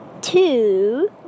two